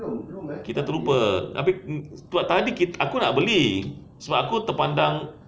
kita terlupa abeh sebab tadi aku nak beli sebab aku terpandang